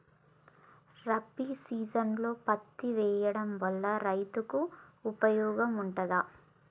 రబీ సీజన్లో పత్తి వేయడం వల్ల రైతులకు ఉపయోగం ఉంటదా?